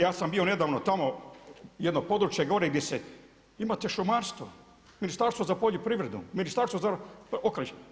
Ja sam bio nedavno tamo jedno područje gore gdje se, imate šumarstvo, Ministarstvo za poljoprivredu, Ministarstvo za okoliš.